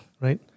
Right